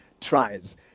tries